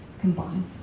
combined